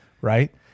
Right